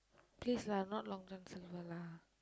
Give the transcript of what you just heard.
please lah not Long-John-Silver lah